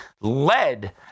led